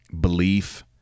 belief